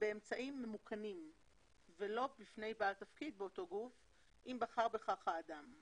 באמצעים ממוקנים ולא בפני בעל תפקיד באותו גוף אם בחר בכך האדם".